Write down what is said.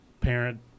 Parent